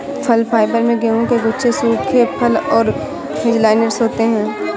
फल फाइबर में गेहूं के गुच्छे सूखे फल और हेज़लनट्स होते हैं